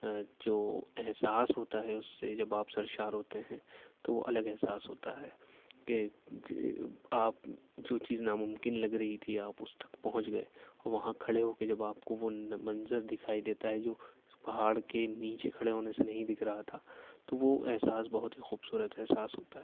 جو احساس ہوتا ہے اس سے جب آپ سرشار ہوتے ہیں تو وہ الگ احساس ہوتا ہے کہ آپ جو چیز نا ممکن لگ رہی تھی آپ اس تک پہنچ گئے وہاں کھڑے ہو کے جب آپ کو منظر دکھائی دیتا ہے جو پہاڑ کے نیچے کھڑے ہونے سے نہیں دکھ رہا تھا تو وہ احساس بہت ہی خوب صورت احساس ہوتا ہے